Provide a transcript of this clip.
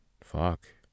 fuck